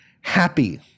happy